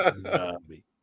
Zombie